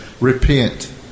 Repent